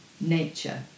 nature